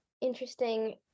interesting